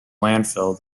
landfill